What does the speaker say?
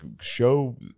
show